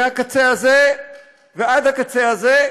מהקצה הזה ועד הקצה הזה,